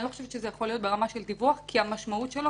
אני לא חושבת שזה יכול להיות ברמה של דיווח כי המשמעות שלו